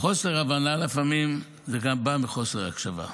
חוסר הבנה לפעמים, זה בא גם מחוסר הקשבה.